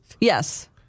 Yes